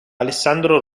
alessandro